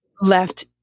Left